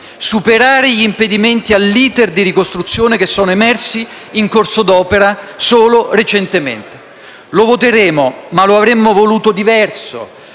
superare gli impedimenti all'*iter* di ricostruzione emersi in corso d'opera solo recentemente. Lo voteremo, ma lo avremmo voluto diverso,